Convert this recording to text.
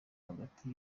hagati